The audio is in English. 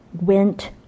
went